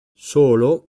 solo